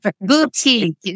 Boutique